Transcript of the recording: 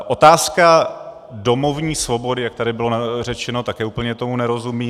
Otázka domovní svobody, jak tady bylo řečeno, také úplně tomu nerozumím.